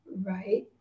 Right